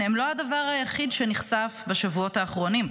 הם לא הדבר היחיד שנחשף בשבועות האחרונים.